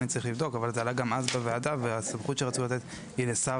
אני צריך לבדוק אבל זה עלה בוועדה והסמכות שרצו לתת היא לשר